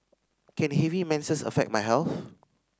can heavy menses affect my health